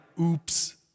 oops